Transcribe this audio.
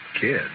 Kid